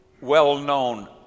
well-known